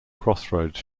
crossroads